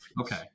Okay